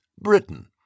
Britain